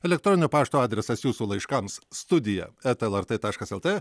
elektroninio pašto adresas jūsų laiškams studija eta lrt taškas lt